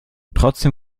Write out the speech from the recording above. trotzdem